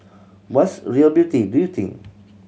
what's real beauty do you think